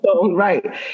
Right